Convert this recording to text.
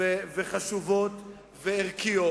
וחשובות וערכיות,